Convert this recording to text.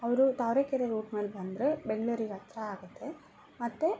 ಅವರು ತಾವರೆಕೆರೆ ರೂಟ್ ಮೇಲೆ ಬಂದರೆ ಬೆಂಗ್ಳೂರಿಗೆ ಹತ್ರ ಆಗುತ್ತೆ ಮತ್ತು